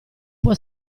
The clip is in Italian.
può